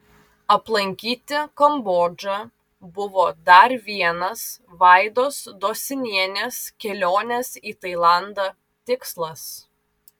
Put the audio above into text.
aplankyti kambodžą buvo dar vienas vaidos dosinienės kelionės į tailandą tikslas